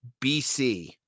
BC